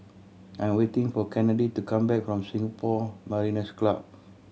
I'm waiting for Kennedi to come back from Singapore Mariners' Club